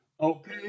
okay